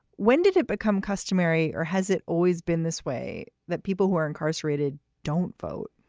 when did it become customary or has it always been this way that people who are incarcerated don't vote?